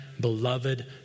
beloved